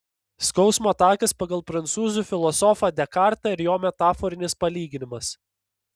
skausmo takas pagal prancūzų filosofą dekartą ir jo metaforinis palyginimas